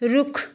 रुख